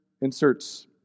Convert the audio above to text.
inserts